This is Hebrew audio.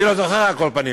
אני לא זוכר, על כל פנים,